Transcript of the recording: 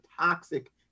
toxic